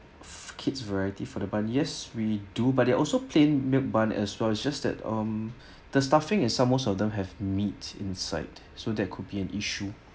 kids variety for the bun yes we do but they're also plain milk bun as well is just that um the stuffing as some most of them have meat inside so that could be an issue